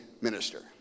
minister